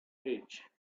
edge